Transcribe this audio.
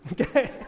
okay